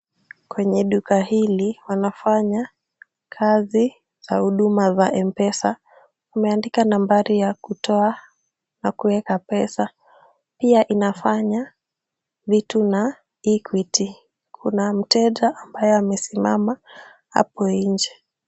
Kwenye duka hili wanafanya kazi za huduma za mpesa. Wameandika nambari ya kutoa na kuweka pesa, pia inafanya vitu na Equity. Kuna mteja ambaye amesimama hapo nje.